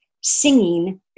singing